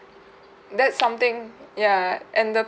that's something ya and the